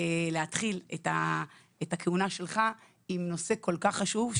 להתחיל את הכהונה שלך עם נושא כל כך חשוב,